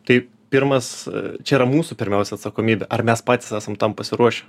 tai pirmas čia yra mūsų pirmiausia atsakomybė ar mes patys esam tam pasiruošę